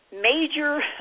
major